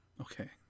Okay